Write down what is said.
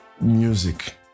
music